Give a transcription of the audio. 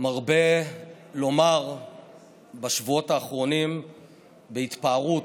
מרבה לומר בשבועות האחרונים בהתפארות: